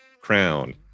Crown